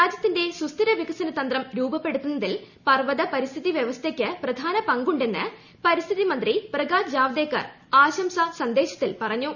രാജ്യത്തിന്റെ സുസ്ഥിര വികസന തന്ത്രം രൂപപ്പെടുത്തുന്നതിൽ പർവത പരിസ്ഥിതി വൃവസ്ഥയ്ക്ക് പ്രധാന പങ്കുണ്ടെന്ന് പരിസ്ഥിതി മന്ത്രി പ്രകാശ് ജാവദേക്കർ ആശംസാസന്ദേശത്തിൽ പറഞ്ഞു